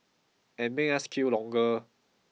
and make us queue longer